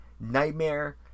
Nightmare